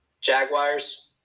Jaguars